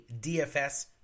DFS